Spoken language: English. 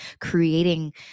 creating